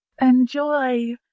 Enjoy